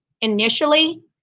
initially